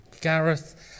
Gareth